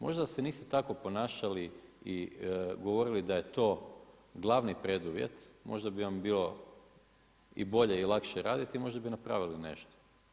Možda da se niste tako ponašali i govorili daj eto glavni preduvjet, možda bi vam bilo i bolje i lakše raditi, možda bi napravili nešto.